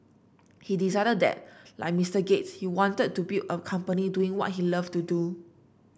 he decided that like Mister Gates he wanted to build a company doing what he loved to do